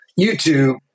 YouTube